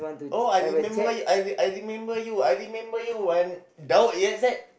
oh I remember you I I remember you I remember you un~ Daud ya is it